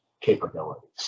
capabilities